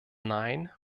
nein